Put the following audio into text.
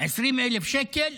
20,000 שקל,